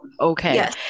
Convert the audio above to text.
okay